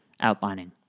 outlining